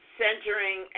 centering